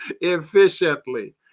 efficiently